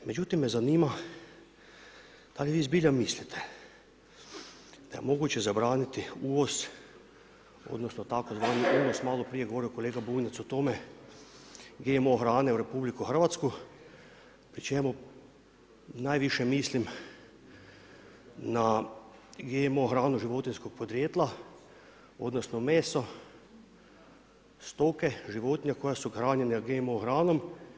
Međutim, me zanima, da li vi zbilja mislite, da je moguće zabraniti uvoz, odnosno, tzv. uvoz, maloprije je govorio kolega Bunjac o tome GMO hrane u RH pri čemu najviše mislim da GMO hranu životinjskog podrijetla, odnosno, meso, stoke, životinje koje su hranjene GMO hranom.